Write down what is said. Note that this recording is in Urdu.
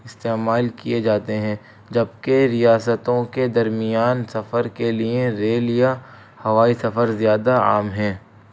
استعمال کیے جاتے ہیں جبکہ ریاستوں کے درمیان سفر کے لیے ریل یا ہوائی سفر زیادہ عام ہیں